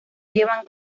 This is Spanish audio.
llevan